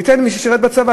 למי ששירת בצבא,